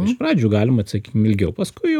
iš pradžių galima sakykim ilgiau paskui jau